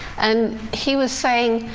and he was saying,